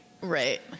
Right